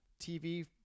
TV